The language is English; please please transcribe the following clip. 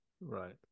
right